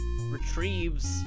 retrieves